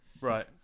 right